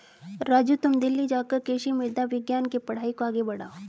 राजू तुम दिल्ली जाकर कृषि मृदा विज्ञान के पढ़ाई को आगे बढ़ाओ